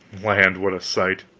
land, what a sight!